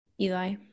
Eli